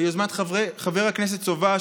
ביוזמת חבר הכנסת סובה,